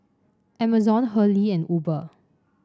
Amazon Hurley and Uber